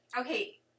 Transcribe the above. okay